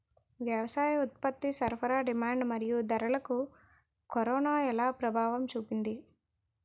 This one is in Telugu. వ్యవసాయ ఉత్పత్తి సరఫరా డిమాండ్ మరియు ధరలకు కరోనా ఎలా ప్రభావం చూపింది